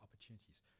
opportunities